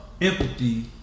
empathy